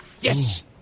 Yes